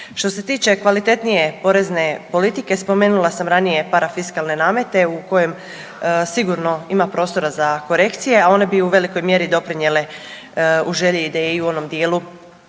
Što se tiče kvalitetnije porezne politike spomenula sam ranije parafiskalne namete u kojem sigurno ima prostora za korekcije, a one bi u velikoj mjeri doprinijele u želji i ideji u onom dijelu